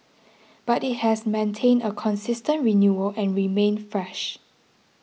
but it has maintained a consistent renewal and remained fresh